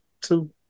two